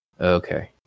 Okay